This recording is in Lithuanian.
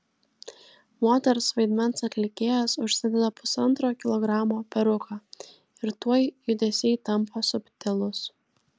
moters vaidmens atlikėjas užsideda pusantro kilogramo peruką ir tuoj judesiai tampa subtilūs